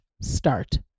start